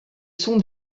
sont